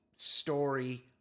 story